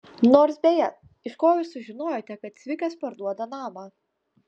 nors beje iš ko jūs sužinojote kad cvikas parduoda namą